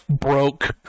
broke